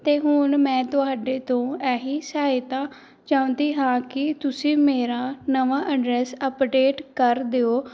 ਅਤੇ ਹੁਣ ਮੈਂ ਤੁਹਾਡੇ ਤੋਂ ਇਹੀ ਸਹਾਇਤਾ ਚਾਹੁੰਦੀ ਹਾਂ ਕਿ ਤੁਸੀਂ ਮੇਰਾ ਨਵਾਂ ਐਡਰੈੱਸ ਅਪਡੇਟ ਕਰ ਦਿਉ